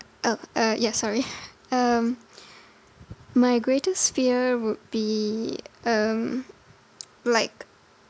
oh uh yeah sorry um my greatest fear would be um like